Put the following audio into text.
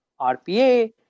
RPA